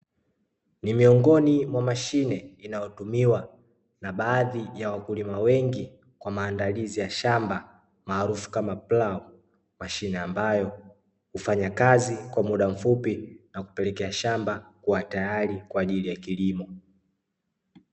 Ni miongoni mwa mashine inayotumiwa na baadhi ya wakulima wengi kwa maandalizi ya shamba maarufu kama plum mashine ambayo hufanya kazi kwa muda mfupi na kupelekea kwa ajili ya kilimo.